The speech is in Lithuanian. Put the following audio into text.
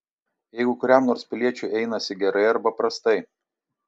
jeigu kuriam nors piliečiui einasi gerai arba prastai